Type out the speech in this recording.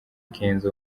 kenzo